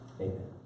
amen